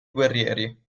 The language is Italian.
guerrieri